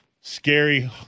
scary